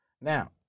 Now